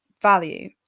value